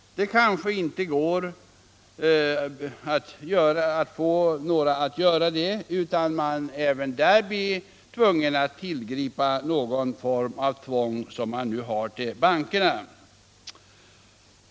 Det kanske inte är möjligt att få några att göra det utan samma tvång som på bankerna.